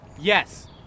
Yes